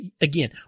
Again